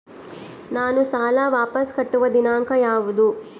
ನಾನು ಸಾಲ ವಾಪಸ್ ಕಟ್ಟುವ ದಿನಾಂಕ ಯಾವುದು?